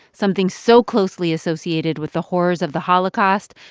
something so closely associated with the horrors of the holocaust,